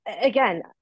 again